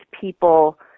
people